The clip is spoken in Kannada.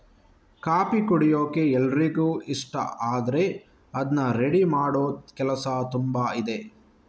ಕಾಫಿ ಕುಡಿಯೋಕೆ ಎಲ್ರಿಗೂ ಇಷ್ಟ ಆದ್ರೆ ಅದ್ನ ರೆಡಿ ಮಾಡೋ ಕೆಲಸ ತುಂಬಾ ಇದೆ